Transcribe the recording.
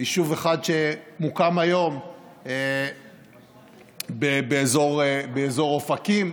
יישוב אחד שמוקם היום באזור אופקים,